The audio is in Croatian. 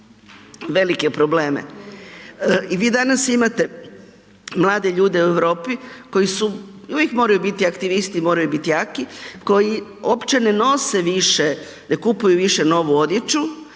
I vi danas imate mlade ljude u Europi koji su i uvijek moraju biti aktivisti, moraju biti jaki, koji opće ne nose više, ne kupuju više novu odjeću,